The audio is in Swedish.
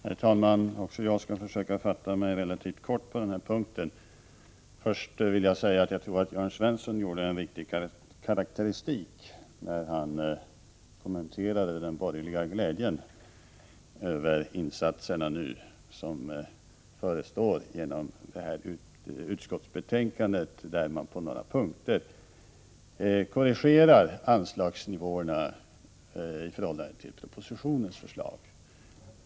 Herr talman! Också jag skall försöka att fatta mig relativt kort på den här punkten. Jag vill först säga att jag tror att Jörn Svensson gjorde en riktig karakteristik, när han kommenterade den borgerliga glädjen över att man på några punkter i det här utskottsbetänkandet korrigerar anslagsnivåerna i förhållande till regeringens förslag.